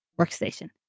workstation